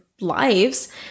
lives